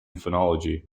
phonology